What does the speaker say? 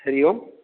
Hari Om